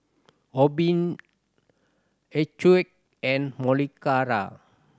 Obimin and